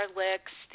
licks